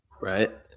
Right